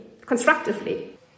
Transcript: constructively